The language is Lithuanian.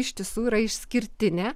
iš tiesų yra išskirtinė